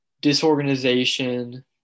disorganization